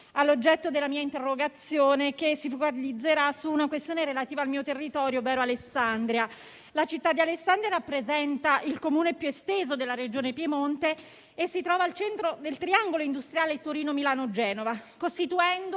all'oggetto della mia interrogazione, che si focalizzerà su una questione relativa al mio territorio, ovvero Alessandria. La città di Alessandria rappresenta il Comune più esteso della Regione Piemonte e si trova al centro del triangolo industriale Torino-Milano-Genova, costituendo